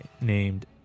named